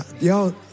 Y'all